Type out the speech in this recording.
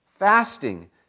fasting